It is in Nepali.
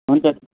हुन्छ